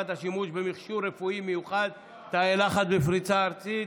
השימוש במכשור רפואי מיוחד (תאי לחץ) בפריסה ארצית,